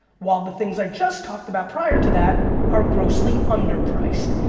while the things i just talked about prior to that are grossly under priced.